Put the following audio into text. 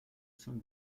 son